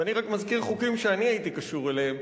ואני מזכיר רק חוקים שאני הייתי קשור אליהם.